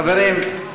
חברים,